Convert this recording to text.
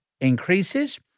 increases